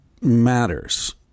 matters